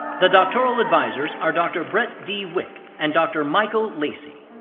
the doctoral advisors are dr. brett d. wick and dr. michael lacey.